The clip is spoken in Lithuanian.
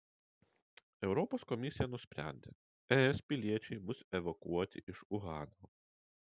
europos komisija nusprendė es piliečiai bus evakuoti iš uhano